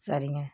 சரிங்கள்